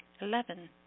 Eleven